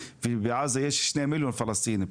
ובעזה יש 2 מיליון פלסטינים.